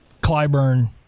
Clyburn